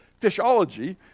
fishology